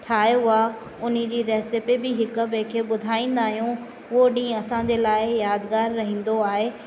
ठाहियो आहे उन जी रैसिपी बि हिक ॿिए खे ॿुधाईंदा आहियूं उहो ॾींहुं असांजे लाइ यादगार रहंदो आहे